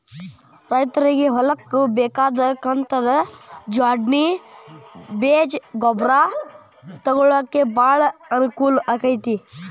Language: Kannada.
ರೈತ್ರಗೆ ಹೊಲ್ಕ ಬೇಕಾದ ಕಂತದ ಜ್ವಾಡ್ಣಿ ಬೇಜ ಗೊಬ್ರಾ ತೊಗೊಳಾಕ ಬಾಳ ಅನಕೂಲ ಅಕೈತಿ